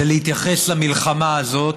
זה להתייחס למלחמה הזאת